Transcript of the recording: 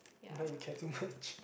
but you care too much